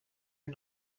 are